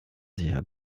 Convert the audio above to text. sicher